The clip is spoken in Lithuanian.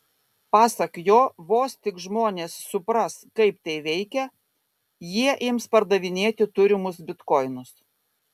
pasak jo vos tik žmonės supras kaip tai veikia jie ims pardavinėti turimus bitkoinus